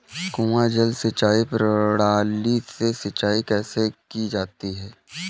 कुआँ जल सिंचाई प्रणाली से सिंचाई कैसे की जाती है?